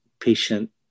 patient